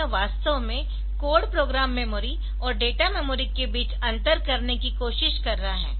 तो यह वास्तव में कोड प्रोग्राम मेमोरी और डेटा मेमोरी के बीच अंतर करने की कोशिश कर रहा है